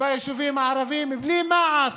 ביישובים הערביים בלי מעש,